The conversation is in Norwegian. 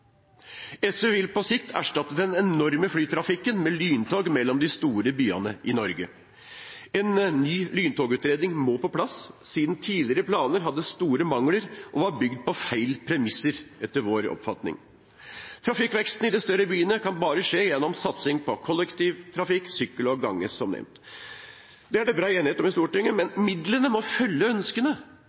SV vil på sikt erstatte den enorme flytrafikken med lyntog mellom de store byene i Norge. En ny lyntogutredning må på plass, siden tidligere planehadde store mangler og var bygd på feil premisser, etter vår oppfatning. Trafikkveksten i de større byene kan bare skje gjennom satsing på kollektivtrafikk, sykkel og gange, som nevnt. Det er det bred enighet om i Stortinget. Men midlene må følge ønskene.